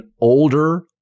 older